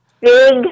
big